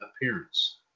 appearance